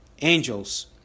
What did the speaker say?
angels